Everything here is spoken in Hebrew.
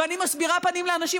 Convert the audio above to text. ואני מסבירה פנים לאנשים,